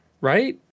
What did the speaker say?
right